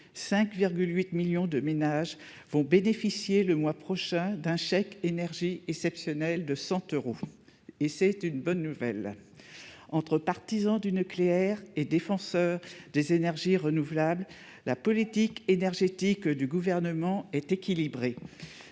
5,8 millions de ménages vont bénéficier le mois prochain d'un chèque énergie exceptionnel de 100 euros, et c'est une bonne nouvelle. Entre partisans du nucléaire et défenseurs des énergies renouvelables, la politique énergétique du Gouvernement est équilibrée.